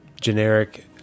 generic